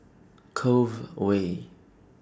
Cove Way